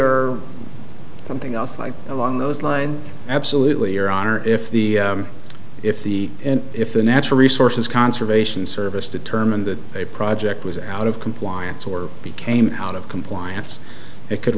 or something else like along those lines absolutely your honor if the if the if the natural resources conservation service determine that a project was out of compliance or became out of compliance it could